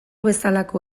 bezalako